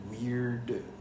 weird